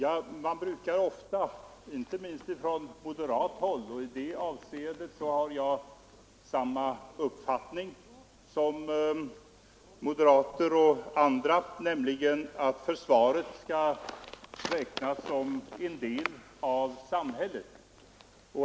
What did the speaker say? Inte minst från moderat håll brukar man ofta framhålla att — och i det avseendet har jag samma uppfattning — försvaret skall räknas som en del av samhället.